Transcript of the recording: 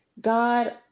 God